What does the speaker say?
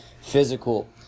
physical